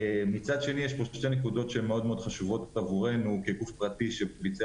מהצד השני יש פה שתי נקודות שמאוד חשובות עבורנו כגוף פרטי שביצע